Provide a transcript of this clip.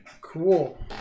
Cool